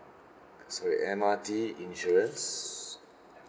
sorry M R T insurance